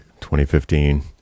2015